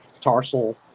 tarsal